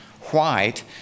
white